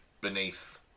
beneath